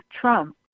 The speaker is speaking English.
Trump